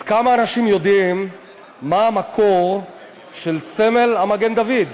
אז כמה אנשים יודעים מה המקור של הסמל מגן-דוד?